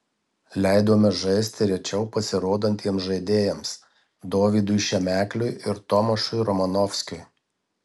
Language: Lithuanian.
leidome žaisti rečiau pasirodantiems žaidėjams dovydui šemekliui ir tomašui romanovskiui